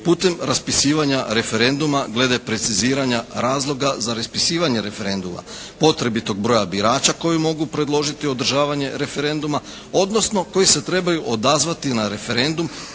putem raspisivanja referenduma glede preciziranja razloga za raspisivanje referenduma, potrebitog broja birača koji mogu predložiti održavanje referenduma, odnosno koji se trebaju odazvati na referendum